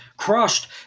crushed